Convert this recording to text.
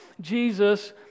Jesus